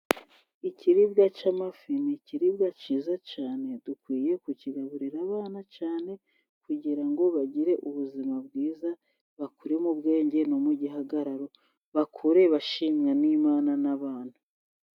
Ikiribwa cy'amafi ni ikiribwa cyiza cyane, dukwiye kukigaburira abana cyane, kugira ngo bagire ubuzima bwiza, bakure mu bwenge no mu gihagararo, bakure bashimwa n'Imana n'abantu.